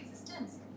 existence